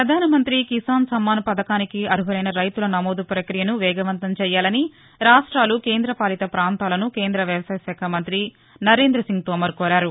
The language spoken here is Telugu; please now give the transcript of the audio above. ప్రధాన మంతి కిసాన్ సమ్మాన్ పథకానికి అరులైన రైతుల నమోదు ప్రక్రియను వేగవంతం చేయ్యాలని రాష్ట్రాలు కేందపాలిత పాంతాలను కేంద వ్యవసాయ శాఖ మంతి నరేంద సింగ్ తోమర్ కోరారు